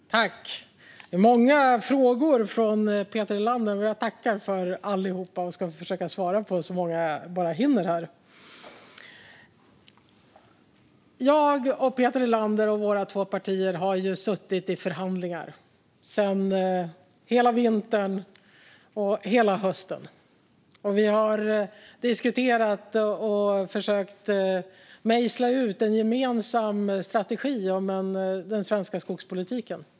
Fru talman! Det var många frågor från Peter Helander, och jag tackar för dem allihop och ska försöka svara på så många jag bara hinner. Jag och Peter Helander och våra två partier har suttit i förhandlingar under hela hösten och hela vintern, och vi har diskuterat och försökt mejsla ut en gemensam strategi för den svenska skogspolitiken.